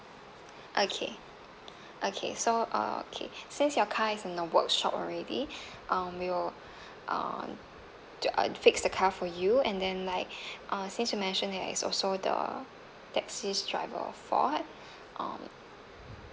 okay okay so okay since your car is in a workshop already um we'll um the uh fix the car for you and then like uh since you mentioned that it's also the taxi's driver fault um